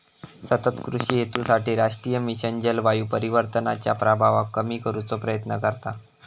सतत कृषि हेतूसाठी राष्ट्रीय मिशन जलवायू परिवर्तनाच्या प्रभावाक कमी करुचो प्रयत्न करता